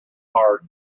heart